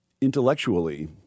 intellectually –